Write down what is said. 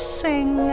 sing